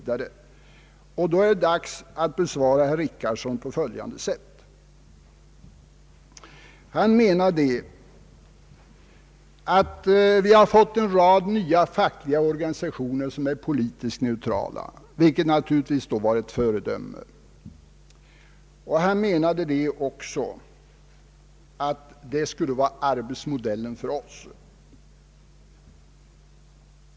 Det är då dags att besvara herr Richardson på följande sätt: Herr Richardson menar att det har tillkommit en rad nya fackliga organi sationer som är politiskt neutrala, vilket naturligtvis skulle vara ett föredöme. Han menade också att detta borde vara arbetsmodellen för oss.